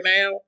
now